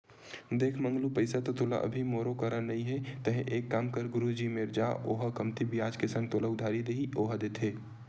देख मंगलू पइसा तो अभी मोरो करा नइ हे तेंहा एक काम कर गुरुजी मेर जा ओहा कमती बियाज के संग तोला उधारी दिही ओहा देथे